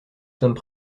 sommes